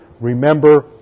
Remember